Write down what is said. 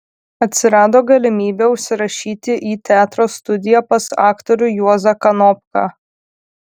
atsirado galimybė užsirašyti į teatro studiją pas aktorių juozą kanopką